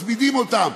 מצמידים אותן,